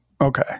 Okay